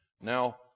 Now